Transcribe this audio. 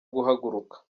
guhaguruka